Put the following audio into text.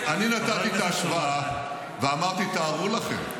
מה מטרת הנסיעה שלך?